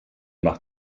macht